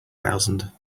thousand